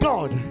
God